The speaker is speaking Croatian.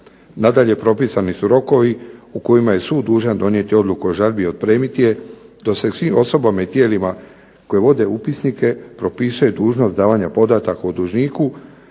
Nadalje, propisani su rokovi u kojima je sud dužan donijeti odluku o žalbi i otpremiti je, dok sa svim osobama i tijelima koje vode upisnike propisuje dužnost davanja podataka o dužniku